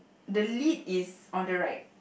the lid is on the right